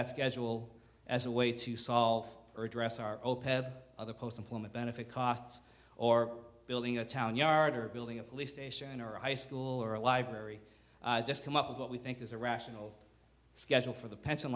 that schedule as a way to solve or dress are other post employment benefit costs or building a town yard or building a police station or a high school or a library just come up with what we think is a rational schedule for the pension